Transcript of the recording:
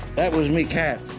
that was me cat.